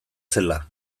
zela